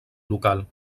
local